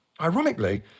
Ironically